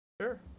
Sure